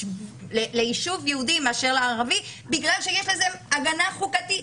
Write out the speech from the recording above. ליישוב יהודי מאשר לערבי בגלל שיש לזה הגנה חוקתית.